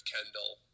Kendall